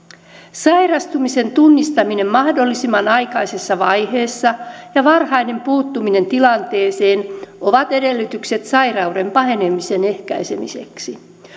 sairastumisen tunnistaminen mahdollisimman aikaisessa vaiheessa ja varhainen puuttuminen tilanteeseen ovat edellytykset sairauden pahenemisen ehkäisemiseksi